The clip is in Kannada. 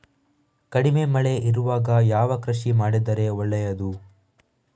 ಕಡಿಮೆ ಮಳೆ ಇರುವಾಗ ಯಾವ ಕೃಷಿ ಮಾಡಿದರೆ ಒಳ್ಳೆಯದು?